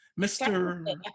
Mr